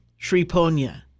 Shriponya